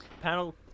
Panel